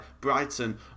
Brighton